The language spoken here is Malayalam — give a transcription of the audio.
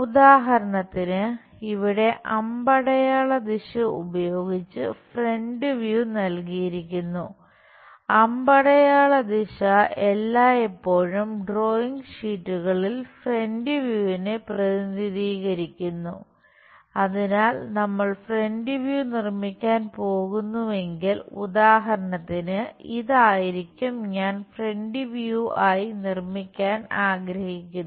ഉദാഹരണത്തിന് ഇവിടെ അമ്പടയാള ദിശ ഉപയോഗിച്ച് ഫ്രന്റ് വ്യൂ ആയി നിർമ്മിക്കാൻ ആഗ്രഹിക്കുന്നത്